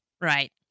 Right